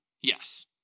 Yes